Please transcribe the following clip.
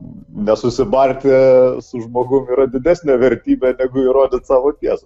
nesusibarti su žmogum yra didesnė vertybė negu įrodyt savo tiesą